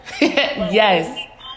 Yes